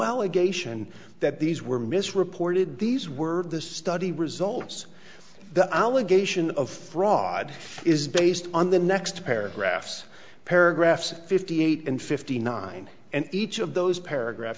allegation that these were misreported these were this study results the allegation of fraud is based on the next paragraphs paragraphs fifty eight and fifty nine and each of those paragraph